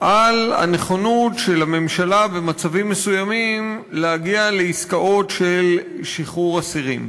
על הנכונות של הממשלה במצבים מסוימים להגיע לעסקאות של שחרור אסירים.